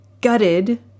gutted